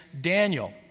Daniel